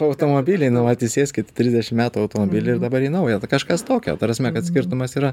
automobiliai nu vat įsėskit trisdešim metų automobilį ir dabar į naują kažkas tokio ta prasme kad skirtumas yra